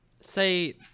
Say